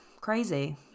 Crazy